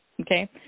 Okay